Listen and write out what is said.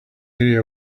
area